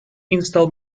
install